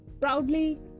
proudly